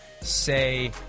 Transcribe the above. say